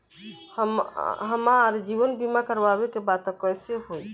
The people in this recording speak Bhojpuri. हमार जीवन बीमा करवावे के बा त कैसे होई?